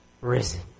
risen